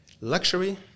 Luxury